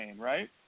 right